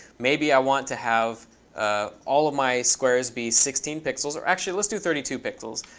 maybe i want to have all of my squares be sixteen pixels. or, actually, let's do thirty two pixels.